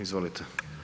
Izvolite.